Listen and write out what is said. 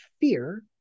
fear